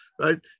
right